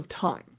time